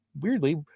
Weirdly